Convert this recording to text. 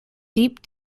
deep